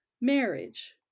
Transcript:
marriage